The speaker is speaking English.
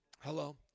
Hello